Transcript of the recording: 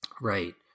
Right